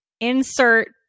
Insert